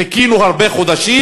חיכינו הרבה חודשים.